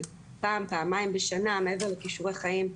זה פעם-פעמיים בשנה מעבר לכישורי חיים.